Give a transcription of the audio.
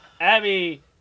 Abby